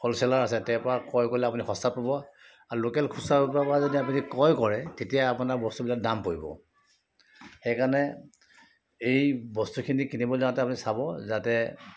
wholesaler আছে তেঁওৰ পৰা ক্ৰয় কৰিলে আপুনি সস্তাত পাব আৰু লোকেল খুচুৰা বেপাৰীৰ পৰা যদি আপুনি ক্ৰয় কৰে তেতিয়া আপোনাৰ বস্তুবিলাক দাম পৰিব সেইকাৰণে এই বস্তুখিনি কিনিবলৈ যাওঁতে আপুনি চাব যাতে